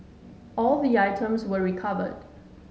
all the items were recovered